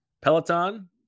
Peloton